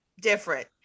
different